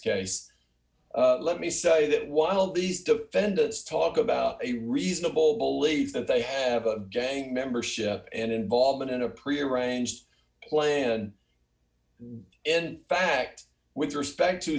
case let me say that while these defendants talk about a reasonable belief that they have a gang membership and involvement in a pre arranged plan d in fact with respect to